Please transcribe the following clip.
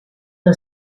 dal